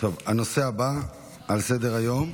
הנושא הבא על סדר-היום,